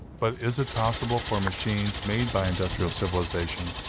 but is it possible for machines made by industrial civilization